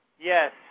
Yes